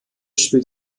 spielt